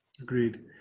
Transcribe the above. Agreed